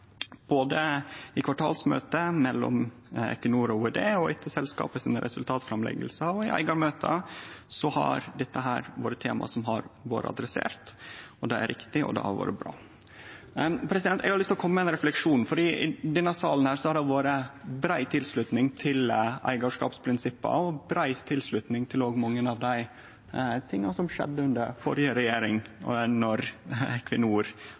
Både i kvartalsmøte mellom Equinor og Olje- og energidepartementet, etter resultatsframleggingane til selskapet og i eigarmøte er dette tema som har vore oppe. Det er riktig, og det har vore bra. Eg har lyst til å kome med ein refleksjon, for i denne salen har det vore brei tilslutning til eigarskapsprinsippa og brei tilslutning til mange av tinga som skjedde under førre regjering